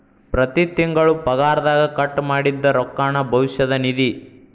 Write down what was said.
ಪ್ರತಿ ತಿಂಗಳು ಪಗಾರದಗ ಕಟ್ ಮಾಡಿದ್ದ ರೊಕ್ಕಾನ ಭವಿಷ್ಯ ನಿಧಿ